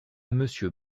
monsieur